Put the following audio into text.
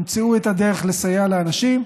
שימצאו את הדרך לסייע לאנשים,